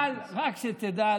אבל רק שתדע,